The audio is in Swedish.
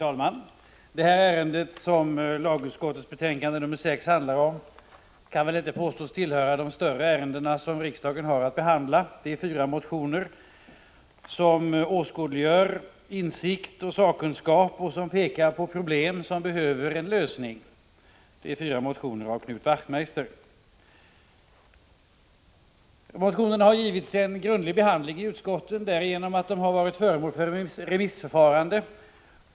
Herr talman! Det ärende som lagutskottets betänkande 6 handlar om kan väl inte påstås tillhöra de större ärenden som riksdagen har att behandla. Det handlar om fyra motioner av Knut Wachtmeister som åskådliggör insikt och sakkunskap och som pekar på problem som behöver en lösning. Motionerna har givits en grundlig behandling i utskottet genom att de har varit föremål för remissförfarande.